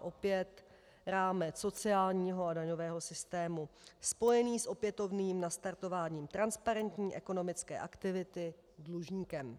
Opět rámec sociálního a daňového systému, spojení s opětovným nastartováním transparentní ekonomické aktivity dlužníkem.